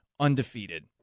undefeated